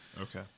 Okay